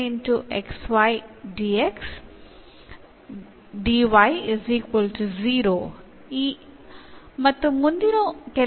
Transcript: ഇതിലും അടുത്ത കുറച്ച് ലക്ച്ചറിലും ഈ രണ്ട് തരം ഫസ്റ്റ് ഓർഡർ ഡിഫറൻഷ്യൽ സമവാക്യങ്ങൾ ആയിരിക്കും നമ്മൾ കവർ ചെയ്യുന്നത്